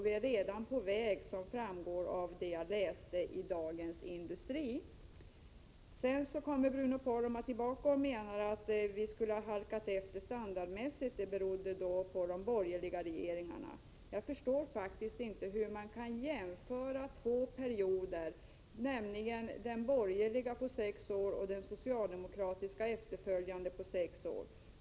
Vi är redan på väg dit, som framgår av det jag läste ur Dagens Industri. Sedan återkom Bruno Poromaa till att det berodde på de borgerliga regeringarna att Sverige skulle ha halkat efter standardmässigt. Jag förstår faktiskt inte hur man kan jämföra två olika perioder, nämligen den borgerliga på sex år och den efterföljande socialdemokratiska på sex år.